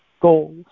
goals